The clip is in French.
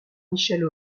michel